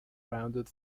rounded